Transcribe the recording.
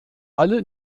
alle